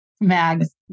Mags